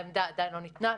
העמדה עדיין לא ניתנה,